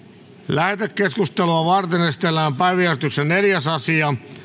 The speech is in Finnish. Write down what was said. lähetekeskustelua varten esitellään päiväjärjestyksen neljäs asia